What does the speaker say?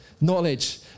Knowledge